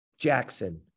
Jackson